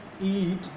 eat